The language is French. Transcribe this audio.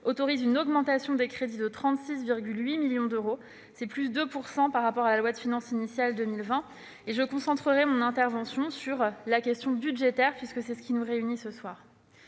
prévoit une augmentation des crédits de 36,8 millions d'euros, soit de 2 %, par rapport à la loi de finances initiale pour 2020. Et je concentrerai mon intervention sur la question budgétaire, qui nous réunit ce soir.